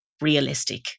realistic